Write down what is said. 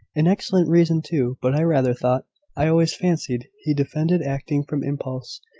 an excellent reason too but i rather thought i always fancied he defended acting from impulse.